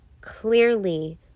clearly